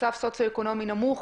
מצב סוציו-אקונומי נמוך.